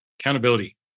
Accountability